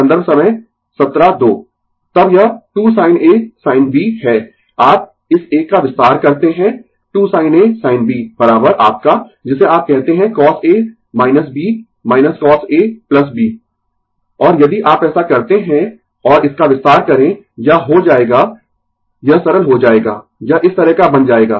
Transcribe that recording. संदर्भ समय 1702 तब यह 2 sin A sin B है आप इस एक का विस्तार करते है 2 sin A sin B आपका जिसे आप कहते है cosA B cos A B और यदि आप ऐसा करते है और इसका विस्तार करें यह हो जाएगा यह सरल हो जाएगा यह इस तरह का बन जाएगा